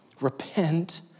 repent